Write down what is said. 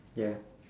ya